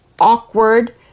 awkward